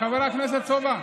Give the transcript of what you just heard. דבר עובדות.